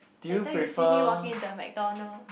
later you see me walking into a McDonald